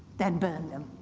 then burn them.